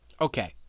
okay